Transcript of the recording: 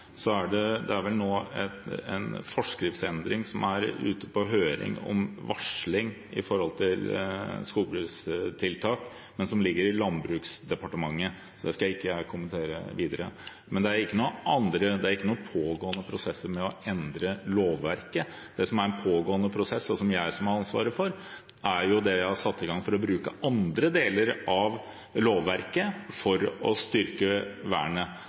så det skal ikke jeg kommentere videre. Men det er ikke noen pågående prosesser med å endre lovverket. Det som er en pågående prosess, og som jeg har ansvaret for, er det jeg har satt i gang for å bruke andre deler av lovverket for å styrke vernet.